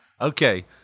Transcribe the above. Okay